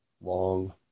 long